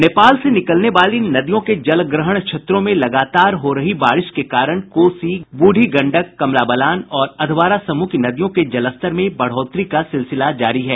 नेपाल से निकलने वाली नदियों के जलग्रहण क्षेत्रों में हो रही बारिश के कारण कोसी गंडक बूढ़ी गंडक कमला बलान और अधवारा समूह की नदियों के जलस्तर में बढ़ोतरी का सिलसिला जारी है